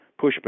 pushback